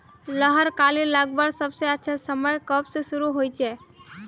लहर कली लगवार सबसे अच्छा समय कब से शुरू होचए?